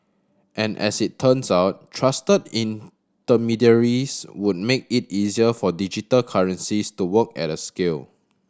and as it turns out trusted intermediaries would make it easier for digital currencies to work at scale